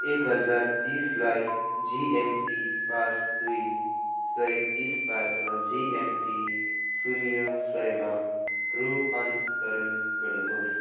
एक हजार तिसलाई जिएमटी पास दुई सय तिसबाट जिएमटी शून्य सयमा रूपान्तरण गर्नुहोस्